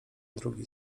drugi